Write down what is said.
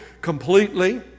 completely